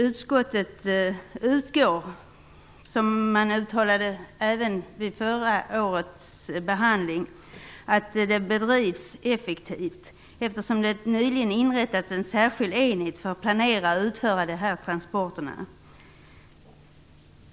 Utskottet utgår från, vilket också uttalades vid förra årets behandling av frågan, att verksamheten bedrivs effektivt, eftersom en särskild enhet nyligen har inrättats för att planera och utföra de här transporterna.